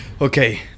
Okay